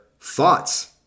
thoughts